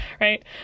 right